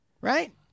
right